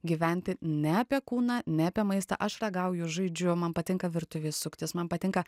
gyventi ne apie kūną ne apie maistą aš ragauju žaidžiu man patinka virtuvėj suktis man patinka